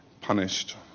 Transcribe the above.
punished